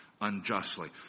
unjustly